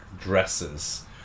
dresses